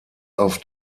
auf